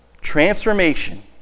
transformation